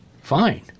fine